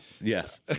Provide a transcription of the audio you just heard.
yes